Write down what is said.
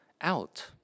out